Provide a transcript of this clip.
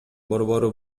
борбору